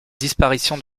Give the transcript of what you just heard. disparition